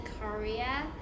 Korea